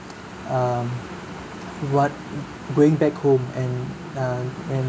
um what going back home and uh and